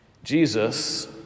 Jesus